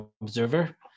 observer